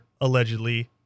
allegedly